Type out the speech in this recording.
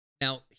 Now